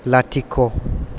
लाथिख'